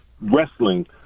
wrestling